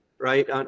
right